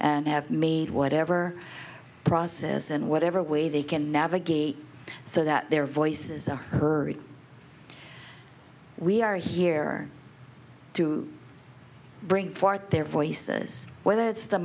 and have made whatever process in whatever way they can navigate so that their voices are heard we are here to bring forth their voices whether it's the